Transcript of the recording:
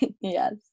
Yes